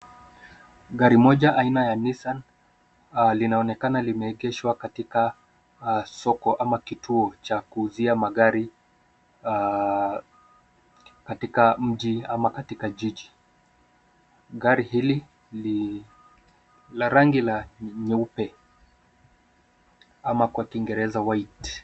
Gari moja aina ya Nissan linaonekana limeegeshwa katika soko ama kituo cha kuuzia magari katika mji ama jiji. Gari hili ni la rangi nyeupe ama kwa kiingereza white .